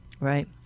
Right